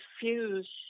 Fuse